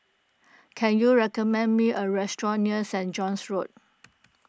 can you recommend me a restaurant near Saint John's Road